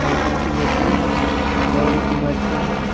बेसन के लड्डू और इमरती है